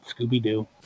Scooby-Doo